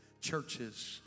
churches